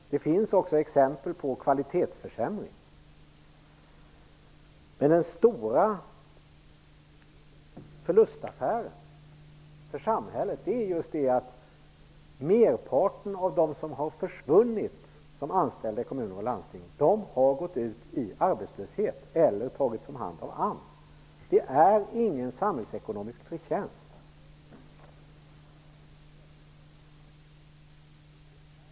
Det finns också exempel på kvalitetsförsämringar. Men den stora förlustaffären för samhället beror på att merparten av dem som har försvunnit från sina anställningar i kommuner och landsting har gått ut i arbetslöshet eller tagits om hand av AMS. Det blir ingen samhällekonomisk förtjänst.